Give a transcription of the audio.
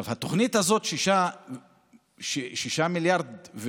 התוכנית הזאת, 6.5 מיליארד,